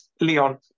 Leon